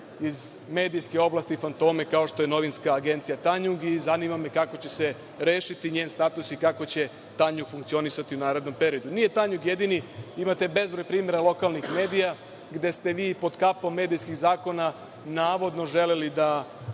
iz medijske oblasti fantome kao što je Novinska agencija „Tanjug“. Zanima me kako će se rešiti njen status i kako će „Tanjug“ funkcionisati u narednom periodu? Nije „Tanjug“ jedini. Imate bezbroj primera lokalnih medija gde ste vi pod kapom medijskih zakona navodno želeli da